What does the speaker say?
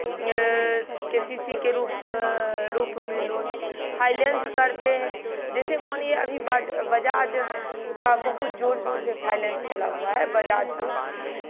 के C C के रूप रूप में लोन फाइनेंस करते हें जैसे मानिए अभी बाज बजाज का बहुत जोर शोर से फाइनेंस चला हुआ है बजाज से